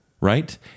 Right